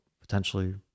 potentially